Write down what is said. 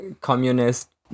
communist